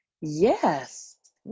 Yes